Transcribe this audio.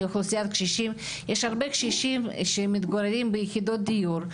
יש הרבה קשישים שמתגוררים ביחידות דיור,